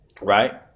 right